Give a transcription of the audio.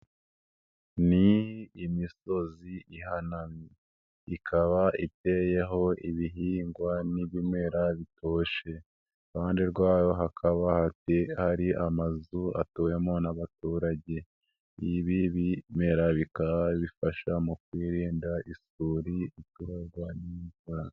Ni imisozi ihanamye. Ikaba iteyeho ibihingwa n'ibimera bitoshe. Iruhande rwayo hakaba hari amazu atuwemo n'abaturage. Ibi bimera bikaba bifasha mu kwirinda isuri ikururwa n'imvura.